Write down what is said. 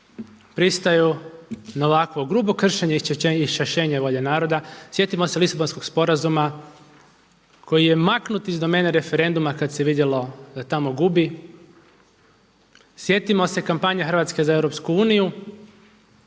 pristaju na ovako grubo kršenje iščašenje volje naroda. Sjetimo se Lisabonskog sporazuma koji je maknut iz domene referenduma kada se vidjelo da tamo gubi, sjetimo se kampanje Hrvatske za EU